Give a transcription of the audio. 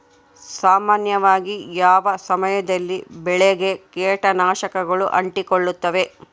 ಸಾಮಾನ್ಯವಾಗಿ ಯಾವ ಸಮಯದಲ್ಲಿ ಬೆಳೆಗೆ ಕೇಟನಾಶಕಗಳು ಅಂಟಿಕೊಳ್ಳುತ್ತವೆ?